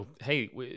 hey